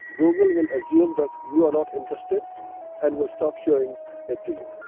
google will assume that you are not interested and will stop showing it to you.